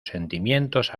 sentimientos